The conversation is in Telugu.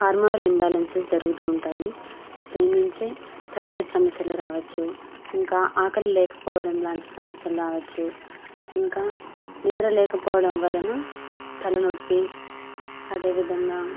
హార్మోనల్ ఇంబాలెన్సెస్ జరుగుతూ ఉంటాయి దాని నుండే థైరాయిడ్ సమస్యలు రావచ్చు ఇంకా ఆకలి లేకపోవడం లాంటి సమస్యలు రావచ్చు ఇంకా నిద్ర లేకపోవడం వలన తలనొప్పి అదేవిధంగా